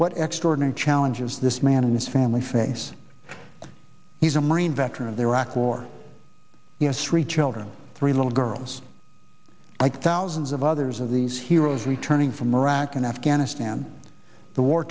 what extraordinary challenges this man and his family face he's a marine veteran of the iraq war he has three children three little girls like thousands of others of these heroes returning from iraq and afghanistan the war